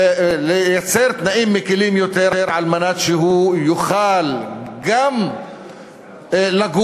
לייצר תנאים מקלים על מנת שהוא יוכל גם לגור,